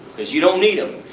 because you don't need them.